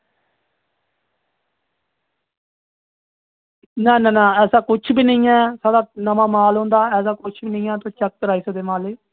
ना ना ऐसा कुछ बी नेईं ऐ साढ़ा नमां माल होंदा ऐसा कुछ बी नेईं ऐ तुस चेक कराई सकदे माल गी